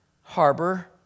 harbor